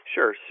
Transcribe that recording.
Sure